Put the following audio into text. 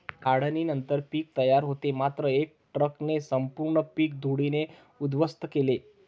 काढणीनंतर पीक तयार होते मात्र एका ट्रकने संपूर्ण पीक धुळीने उद्ध्वस्त केले